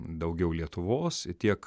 daugiau lietuvos tiek